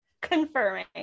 confirming